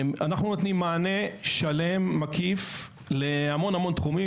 אנחנו נותנים מענה שלם ומקיף להמון תחומים,